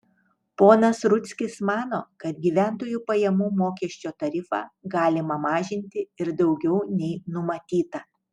ponas rudzkis mano kad gyventojų pajamų mokesčio tarifą galima mažinti ir daugiau nei numatyta